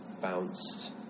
bounced